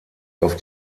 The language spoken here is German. auf